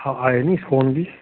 हा आहे नी फ़ोन जी